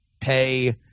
pay